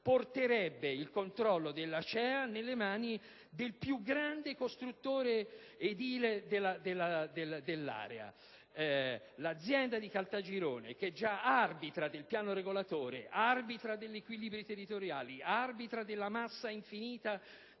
porterebbe il controllo dell'ACEA nelle mani del più grande costruttore edile dell'area. L'azienda di Caltagirone, già arbitra del piano regolatore, degli equilibri territoriali, della massa infinita